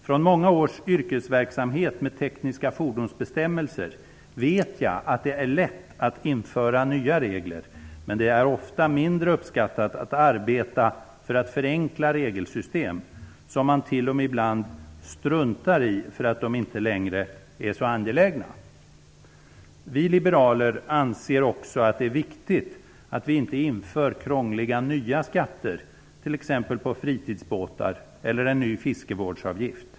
Från många års yrkesverksamhet med tekniska fordonsbestämmelser vet jag att det är lätt att införa nya regler, men det är ofta mindre uppskattat att arbeta för att förenkla regelsystem, som man ibland t.o.m. struntar i för att de inte längre är så angelägna. Vi liberaler anser också att det är viktigt att det inte införs krångliga nya skatter, t.ex. på fritidsbåtar, eller en ny fiskevårdsavgift.